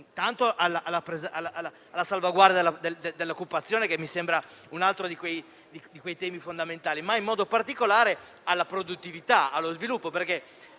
intanto alla salvaguardia dell'occupazione, che mi sembra un altro tema fondamentale, e in modo particolare alla produttività e allo sviluppo.